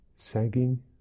sagging